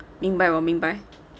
明白明白